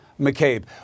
McCabe